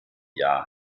jahr